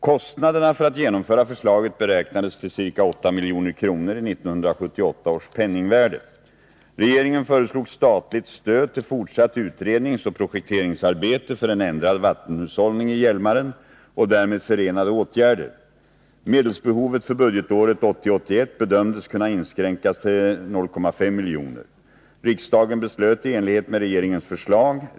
Kostnaderna för att genomföra förslaget beräknades till ca 8 milj.kr. i 1978 års penningvärde. Regeringen föreslog statligt stöd till fortsatt utredningsoch projekteringsarbete för en ändrad vattenhushållning i Hjälmaren och därmed förenade åtgärder. Medelsbehovet för budgetåret 1980/81 bedömdes kunna inskränkas till 0,5 milj.kr. Riksdagen beslöt i enlighet med regeringens förslag.